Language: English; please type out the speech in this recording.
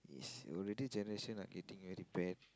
is already generation are getting really bad